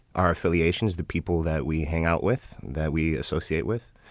our affiliations, the people that we hang out with that we associate with.